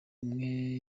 umwe